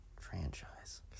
Franchise